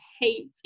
hate